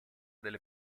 delle